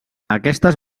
aquestes